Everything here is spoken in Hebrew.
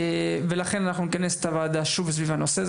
ולכן אנחנו נכנס את הוועדה שוב סביב הנושא.